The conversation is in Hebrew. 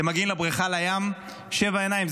אתם מגיעים לבריכה, לים, שבע עיניים.